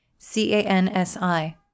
CANSI